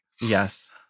Yes